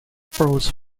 prose